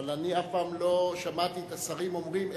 אבל אני אף פעם לא שמעתי את השרים אומרים: